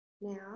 now